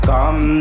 Come